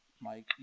Mike